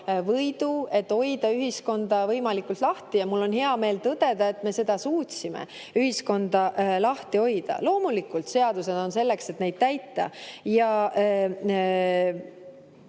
võidu, et hoida ühiskonda võimalikult lahti, ja mul on hea meel tõdeda, et me suutsime ühiskonda lahti hoida. Loomulikult, seadused on selleks, et neid täita.